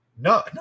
No